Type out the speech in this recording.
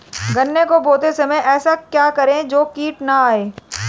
गन्ने को बोते समय ऐसा क्या करें जो कीट न आयें?